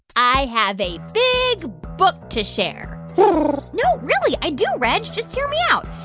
i have a big book to share no, really. i do, reg. just hear me out.